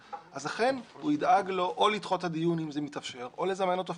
אז אכן הוא ידאג או לדחות את הדיון אם זה מתאפשר או לזמן אותו פיסית.